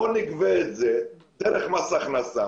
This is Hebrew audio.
בואו נגבה את זה דרך מס הכנסה.